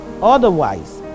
otherwise